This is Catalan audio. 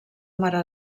mare